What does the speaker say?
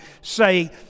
say